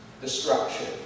destruction